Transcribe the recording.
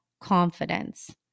confidence